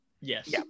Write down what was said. yes